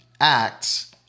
acts